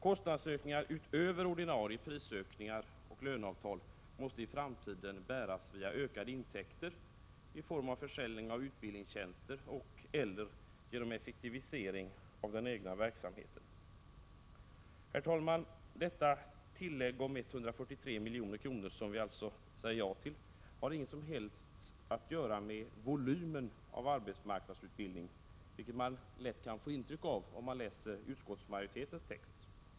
Kostnadsökningar utöver ordinarie prisökningar och löneavtal måste i framtiden bäras av ökade intäkter i form av försäljning av utbildningstjänster och/eller effektivisering av den egna verksamheten. Herr talman! Detta tillägg om 143 milj.kr., som vi alltså säger ja till, har inget som helst att göra med volymen av arbetsmarknadsutbildning, vilket man lätt kan få intryck av om man läser utskottsmajoritetens text.